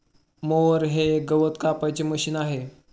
mower हे एक गवत कापायचे मशीन आहे